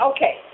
Okay